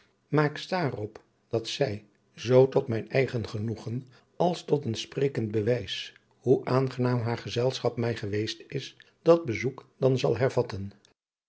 sta er op dat zij zoo tot mijn eigen genoegen als tot een sprekend bewijs hoe aangenaam haar gezelschap mij geweest is dat bezoek dan zal hervatten